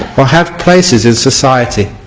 have places in society